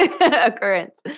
occurrence